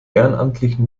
ehrenamtlichen